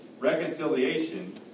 Reconciliation